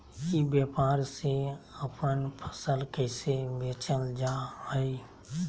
ई व्यापार से अपन फसल कैसे बेचल जा हाय?